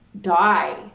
die